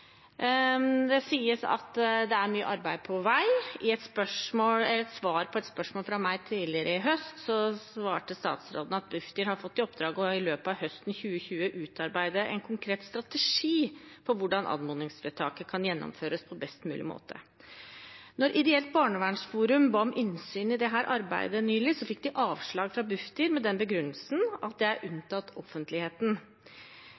Det sies at det er mye arbeid på vei. I svar på et spørsmål fra meg i fjor høst svarte statsråden: «Bufdir har fått i oppdrag å i løpet av høsten 2020 utarbeide en konkret strategi for hvordan anmodningsvedtaket kan gjennomføres på en best mulig måte.» Da Ideelt Barnevernsforum ba om innsyn i dette arbeidet nylig, fikk de avslag fra Bufdir, med den begrunnelse at det